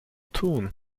tun